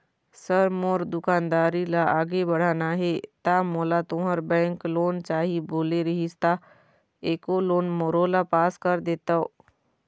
Sir मोर दुकानदारी ला आगे बढ़ाना हे ता मोला तुंहर बैंक लोन चाही बोले रीहिस ता एको लोन मोरोला पास कर देतव?